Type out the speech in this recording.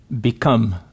become